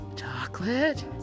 chocolate